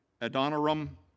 Adoniram